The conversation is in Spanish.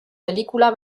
película